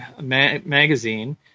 magazine